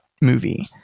movie